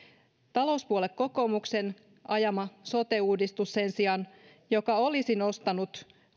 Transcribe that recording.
talouspuolue kokoomuksen ajama sote uudistus joka olisi nostanut